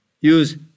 use